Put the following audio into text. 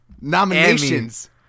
nominations